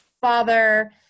father